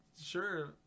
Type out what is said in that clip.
sure